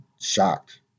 shocked